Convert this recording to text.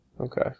Okay